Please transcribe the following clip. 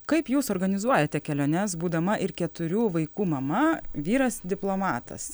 kaip jūs organizuojate keliones būdama ir keturių vaikų mama vyras diplomatas